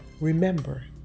Remember